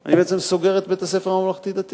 אני בעצם סוגר את בית-הספר הממלכתי-דתי